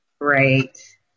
Great